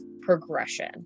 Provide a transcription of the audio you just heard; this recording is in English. progression